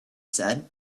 said